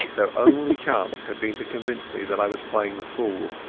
their only chance had been to convince me that i was playing the fool,